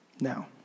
Now